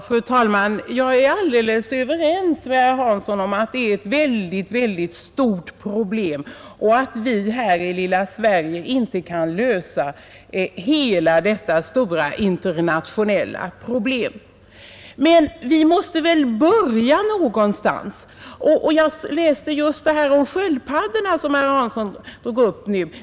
Fru talman! Jag är alldeles överens med herr Hansson i Skegrie om att det är ett väldigt stort problem och att vi här i lilla Sverige inte kan lösa hela detta stora internationella problem. Men vi måste väl börja någonstans. Herr Hansson nämnde sköldpaddorna.